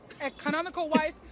Economical-wise